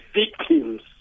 victims